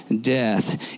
death